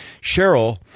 Cheryl